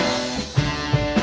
and then